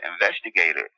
investigator